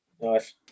Nice